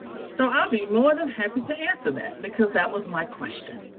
so i'll be more than happy to answer that because that was my question.